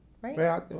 Right